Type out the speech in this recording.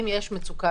אם יש מצוקה